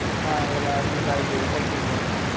మా ఇలాగా మీకు అయిదు వేలు తగ్గిందండి